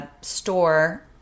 store